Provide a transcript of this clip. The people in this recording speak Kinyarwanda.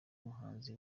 muhanzi